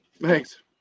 Thanks